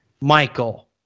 Michael